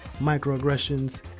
microaggressions